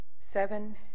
seven